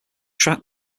track